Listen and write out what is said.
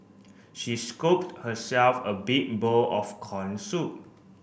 she scooped herself a big bowl of corn soup